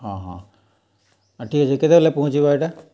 ହଁ ହଁ ହଁ ଠିକ୍ କେତେବେଲେ ପୁହଞ୍ଚିବ ଇଟା